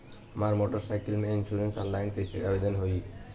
हमार motorcycle के insurance online कईसे आवेदन होई?